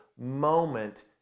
moment